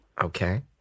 Okay